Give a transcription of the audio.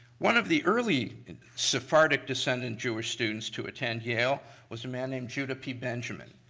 one of the early sephardic descendent jewish students to attend yale was a man named judah p. benjamin.